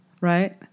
Right